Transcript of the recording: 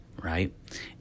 Right